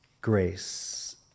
grace